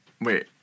Wait